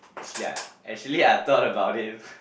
actually I actually I thought about it